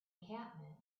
encampment